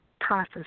process